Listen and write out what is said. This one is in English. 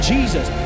Jesus